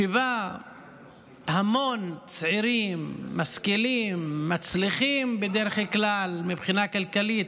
שבה המון צעירים משכילים ומצליחים מבחינה כלכלית